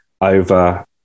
over